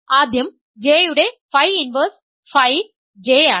ആദ്യം J യുടെ Φ inverse Φ J ആണ്